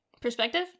perspective